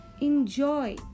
Enjoy